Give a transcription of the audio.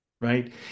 right